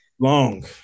Long